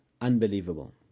unbelievable